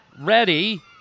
ready